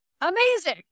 Amazing